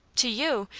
to you!